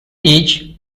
age